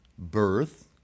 Birth